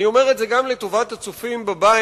אני אומר את זה גם לטובת הצופים בבית.